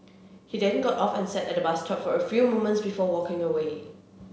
he then got off and sat at the bus stop for a few moments before walking away